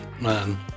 man